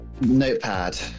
notepad